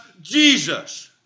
Jesus